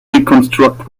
reconstruct